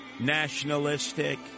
nationalistic